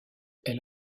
elle